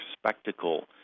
spectacle